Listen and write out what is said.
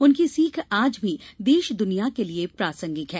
उनकी सीख आज भी देश दुनिया के लिये प्रसंगिक है